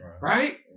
right